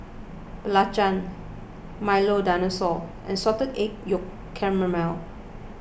Belacan Milo Dinosaur and Salted Egg Yolk Calamari